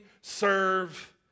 serve